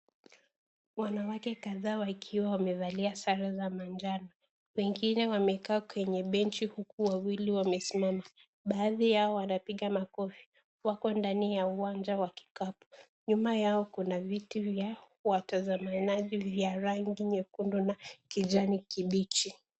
Wanawake kadhaa wakiwa wamevalia sare za manjano, wengine wamekaa kwenye benchi huku wawili wamesimama, baadhi yao wanapiga makofi wako ndani ya uwanja wa kikapu. Nyuma yao kuna viti vya watazamanaji vya rangi nyekundu na kijani kibichi.